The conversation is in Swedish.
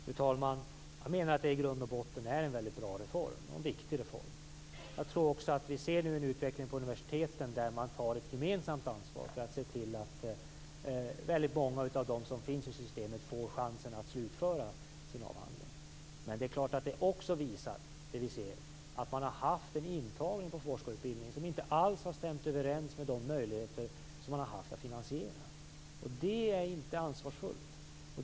Fru talman! Jag menar att det i grund och botten är en väldigt bra och viktig reform. Vi ser nu en utveckling på universiteten där man tar ett gemensamt ansvar för att se till att väldigt många av dem som finns i systemet får chansen att slutföra sina avhandlingar. Men det är klart att det också visar att man har haft en intagning till forskarutbildning som inte alls har stämt överens med möjligheterna till finansiering. Det är inte ansvarsfullt.